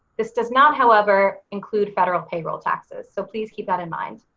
this does not, however, include federal payroll taxes, so please keep that in mind.